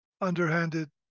underhanded